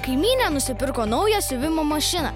kaimynė nusipirko naują siuvimo mašiną